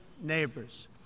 neighbors